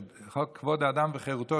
חוק כבוד האדם וחירותו,